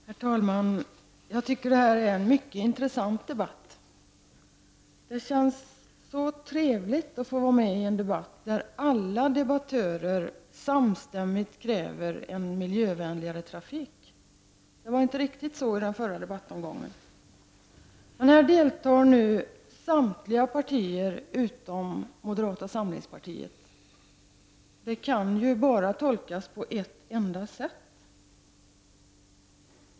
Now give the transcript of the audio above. Herr talman! Jag tycker att detta är en mycket intressant debatt. Det känns så trevligt att få vara med i en debatt där alla debattörer samstämmigt kräver en miljövänligare trafik. Det var inte riktigt så i den förra debattomgången. Här deltar nu samtliga partier utom moderata samlingspartiet. Det kan bara tolkas på ett enda sätt.